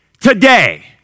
today